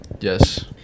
Yes